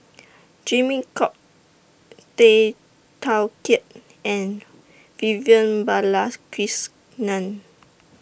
Jimmy Chok Tay Teow Kiat and Vivian Balakrishnan